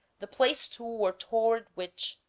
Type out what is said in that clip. the place to or toward which,